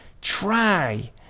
Try